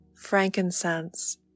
frankincense